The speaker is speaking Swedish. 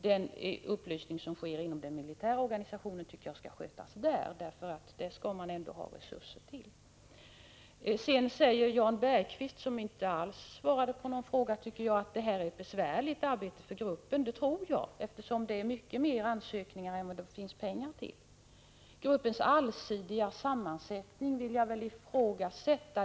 Den upplysning som skall bedrivas inom den militära organisationen tycker jag att man skall ha resurser till inom denna. Jan Bergqvist, som jag tycker inte alls svarade på någon fråga, sade att beredningsgruppen har ett besvärligt arbete, och det tror jag också, eftersom det finns många fler ansökningar än vad det finns pengar till. Allsidigheten i ledningsgruppens sammansättning vill jag ifrågasätta.